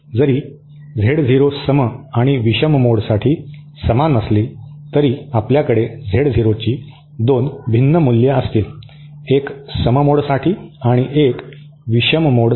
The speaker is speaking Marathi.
जरी Z0 सम आणि विषम मोडसाठी समान असली तरी आपल्याकडे Z0 ची 2 भिन्न मूल्ये असतील एक सम मोडसाठी आणि एक विषम मोडसाठी